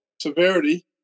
severity